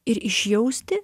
ir išjausti